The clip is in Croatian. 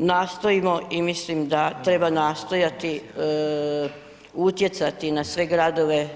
Nastojimo i mislim da treba nastojati utjecati na sve gradove